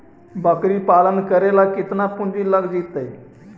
बकरी पालन करे ल केतना पुंजी लग जितै?